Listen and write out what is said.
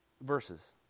verses